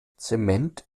zement